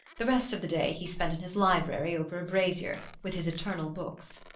the rest of the day he spent in his library, over a brazier, with his eternal books.